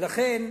ולכן,